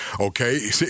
Okay